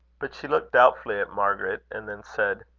but she looked doubtfully at margaret, and then said